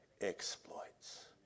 exploits